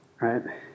right